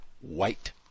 white